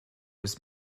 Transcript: was